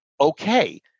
okay